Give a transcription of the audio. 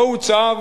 לא הוצב